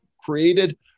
created